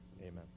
Amen